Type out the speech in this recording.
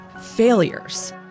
failures